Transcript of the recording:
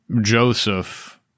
Joseph